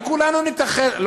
אם כולנו נתאחד,